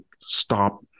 stop